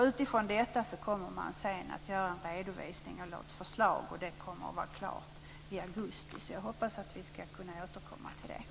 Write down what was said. Utifrån detta kommer man sedan att göra en redovisning eller ett förslag, som kommer att vara klart i augusti. Jag hoppas alltså att vi kan återkomma till detta.